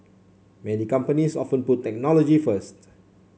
many companies often put technology first